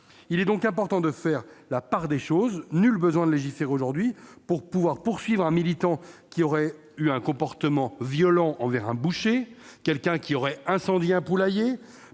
Il est donc important de faire la part des choses. Nul besoin de légiférer aujourd'hui pour pouvoir poursuivre un militant qui aurait eu un comportement violent envers un boucher ou qui aurait incendié un poulailler.